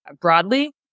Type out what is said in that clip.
broadly